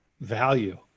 value